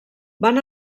van